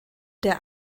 der